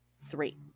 three